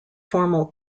formal